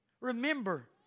Remember